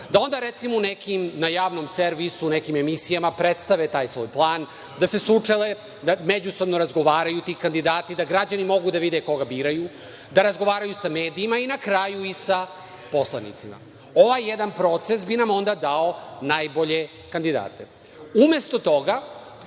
da onda recimo na javnom servisu u nekim emisijama predstave taj svoj plan, da se sučele, da međusobno razgovaraju ti kandidati, da građani mogu da vide koga biraju, da razgovaraju sa medijima i na kraju i sa poslanicima. Ovaj jedan proces bi nam onda dao najbolje kandidate.